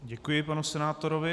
Děkuji panu senátorovi.